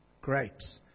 Grapes